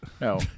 No